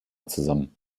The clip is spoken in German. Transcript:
zusammen